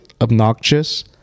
obnoxious